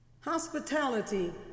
Hospitality